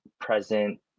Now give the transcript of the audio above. present